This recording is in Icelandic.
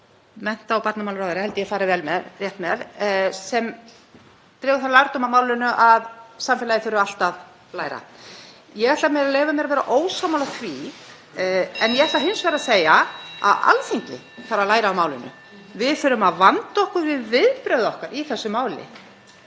mennta- og barnamálaráðherra, held ég að ég fari rétt með, þann lærdóm af málinu að samfélagið þurfi allt að læra. Ég ætla mér að leyfa mér að vera ósammála því. En ég ætla hins vegar að segja að Alþingi þarf að læra af málinu. Við þurfum að vanda okkur við viðbrögð okkar í þessu máli.